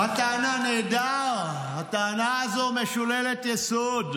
לכן, הטענה, נהדר, הטענה הזאת משוללת יסוד.